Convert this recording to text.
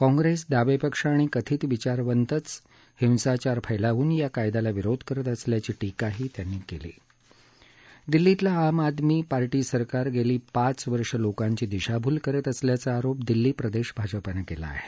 काँग्रेस डावे पक्ष आणि कथित विचारवंतचं हिंसाचार फैलावून या कायद्याला विरोध करत असल्याची टीकाही त्यांनी केली दिल्लीतलं आम आदमी पार्टी सरकार गेली पाच वर्षे लोकांची दिशाभूल करत असल्याचा आरोप दिल्ली प्रदेश भाजपानं केला आहे